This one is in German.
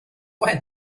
ein